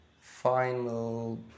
final